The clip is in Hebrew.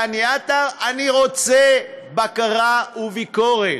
דני עטר: אני רוצה בקרה וביקורת.